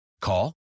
Call